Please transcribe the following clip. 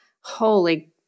holy